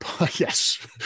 yes